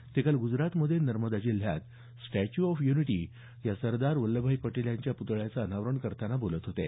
ते काल ग्जरातमध्ये नर्मदा जिल्ह्यात स्टॅच्यू ऑफ युनिटी या सरदार वल्छभभाई पटेल यांच्या पुतळ्याचं अनावरण करताना बोलत होते